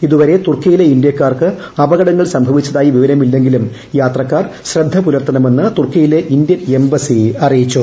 ഇതുവരെ തുർക്കിയിലെ ഇന്തൃക്കാർക്ക് അപകടങ്ങൾ സംഭവിച്ചതായി വിവരമില്ലെങ്കിലും യാത്രക്കാർ ശ്രദ്ധ പുലർത്തണമെന്ന് തുർക്കിയിലെ ഇന്ത്യൻ എംബസി അറിയിച്ചു